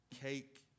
cake